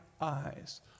eyes